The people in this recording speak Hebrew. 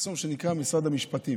מחסום שנקרא משרד המשפטים,